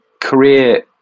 career